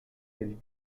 del